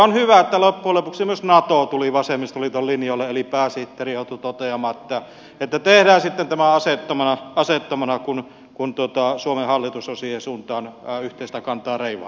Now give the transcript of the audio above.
on hyvä että loppujen lopuksi myös nato tuli vasemmistoliiton linjoille eli pääsihteeri joutui toteamaan että tehdään sitten tämä aseettomana kun suomen hallitus on siihen suuntaan yhteistä kantaa reivaamassa